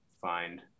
find